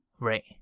Right